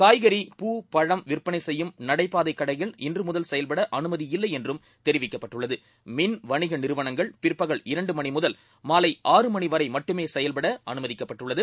காய்கறி ந் பழம்விற்பனைசெய்யும்நடைபாதைகடைகள்இன்றுமுதல் செயல்படஅனுமதியில்லை என்றும்தெரிவிக்கப்பட்டுள்ளது மின்வணிகநிறுவனங்கள்பிற்பகல்இரண்டுமணிமுதல்மா லைஆறுமணிவரை மட்டுமேசெயல்படஅனுமதிக்கப்பட்டு ள்ளது